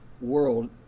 world